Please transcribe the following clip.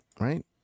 right